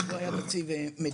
300 שהוספנו לשר"מ עם 50,